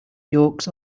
yolks